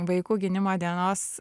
vaikų gynimo dienos